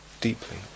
deeply